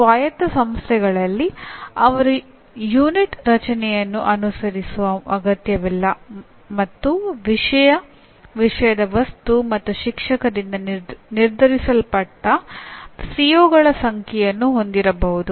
ಆದರೆ ಸ್ವಾಯತ್ತ ಸಂಸ್ಥೆಗಳಲ್ಲಿ ಅವರು ಯುನಿಟ್ ರಚನೆಯನ್ನು ಅನುಸರಿಸುವ ಅಗತ್ಯವಿಲ್ಲ ಮತ್ತು ವಿಷಯ ವಿಷಯದ ವಸ್ತು ಮತ್ತು ಶಿಕ್ಷಕರಿಂದ ನಿರ್ಧರಿಸಲ್ಪಟ್ಟ ಸಿಒಗಳ ಸಂಖ್ಯೆಯನ್ನು ಹೊಂದಿರಬಹುದು